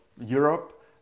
europe